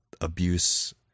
abuse